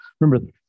remember